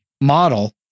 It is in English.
model